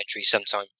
sometime